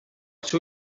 seu